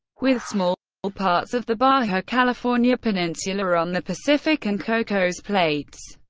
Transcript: with small ah parts of the baja california peninsula on the pacific and cocos plates.